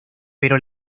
pero